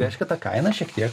reiškia ta kaina šiek tiek